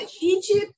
Egypt